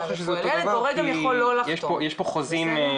אני לא יכולה למסור נתונים של היקף התיקים שנפתחו בהוצאה לפועל,